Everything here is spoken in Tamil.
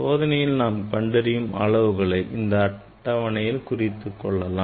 சோதனையில் நாம் கண்டறியும் அளவுகளை இந்த அட்டவணையில் குறித்துக் கொள்ளலாம்